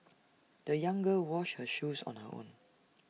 the young girl washed her shoes on her own